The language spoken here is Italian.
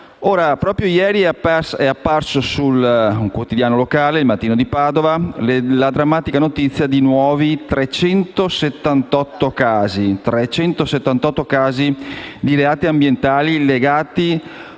Proprio ieri è apparso su un quotidiano locale, «Il Mattino di Padova», la drammatica notizia di 378 nuovi casi di reati ambientali, legati